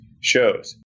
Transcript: shows